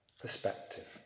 perspective